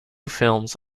films